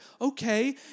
Okay